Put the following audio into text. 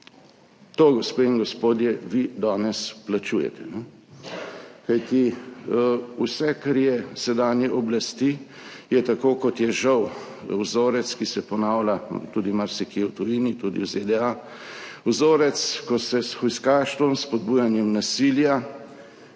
To, gospe in gospodje, vi danes plačujete. Kajti vse, kar je sedanje oblasti, je, tako kot je žal vzorec, ki se ponavlja tudi marsikje v tujini, tudi v ZDA, vzorec, ko se s hujskaštvom, spodbujanjem nasilja,